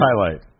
highlight